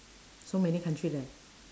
so many country leh